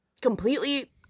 completely